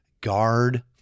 guard